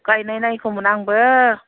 गायनायनायगौमोन आंबो